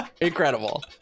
Incredible